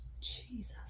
Jesus